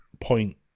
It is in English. point